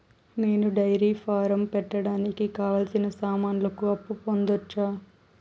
నేను dairy farm పెట్టడానికి కావాల్సిన సామాన్లకు అప్పు పొందొచ్చా?